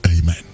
amen